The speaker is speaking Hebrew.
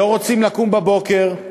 לא רוצים לקום בבוקר,